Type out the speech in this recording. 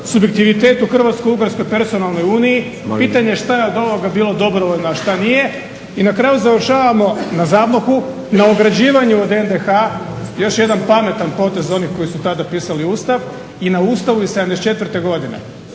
subjektivitet u Hrvatsko-ugarskoj personalnoj uniji. Pitanje što je od ovoga bilo dobrovoljno, a šta nije. I na kraju završavamo na ZAVNOH-u, na ograđivanju od NDH. Još jedan pametan potez onih koji su tada pisali Ustav i na Ustavu iz '74. godine.